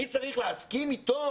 אני צריך להסכים איתו